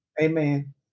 Amen